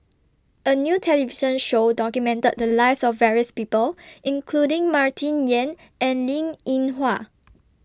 A New television Show documented The Lives of various People including Martin Yan and Linn in Hua